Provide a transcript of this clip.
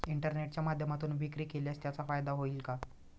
इंटरनेटच्या माध्यमातून विक्री केल्यास त्याचा फायदा होईल का?